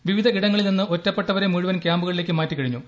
വിവിധ ഇടങ്ങളിൽ നിന്ന് ഒറ്റപ്പെട്ടവരെ മുഴുവൻ ക്യാമ്പുകളിലേക്ക് മാറ്റിക്കഴിഞ്ഞു